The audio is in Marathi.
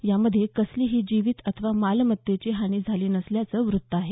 यामध्ये कसलीही जीवित अथवा मालमत्तेची हानी झाली नसल्याचं वृत्त आहे